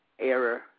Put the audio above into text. Error